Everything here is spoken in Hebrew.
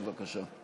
בבקשה.